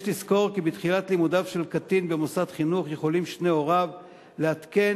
יש לזכור כי בתחילת לימודיו של קטין במוסד חינוך יכולים שני הוריו לעדכן